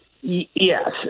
Yes